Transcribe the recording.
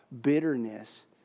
bitterness